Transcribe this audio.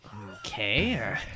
Okay